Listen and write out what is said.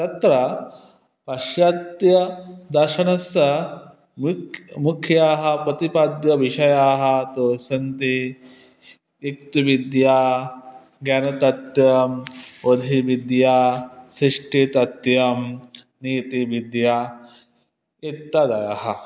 तत्र पश्चात्यदर्शनस्य मुख्याः मुख्याः प्रतिपाद्यविषयाः तु सन्ति युक्तिविद्या ज्ञानतथ्यम् बोधविद्या सृष्टितथ्यं नीतिविद्या इत्यादयः